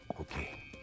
Okay